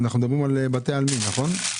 אנחנו מדברים על בתי העלמין, נכון?